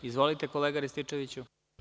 Izvolite kolega Rističeviću.